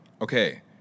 Okay